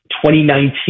2019